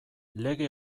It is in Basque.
lege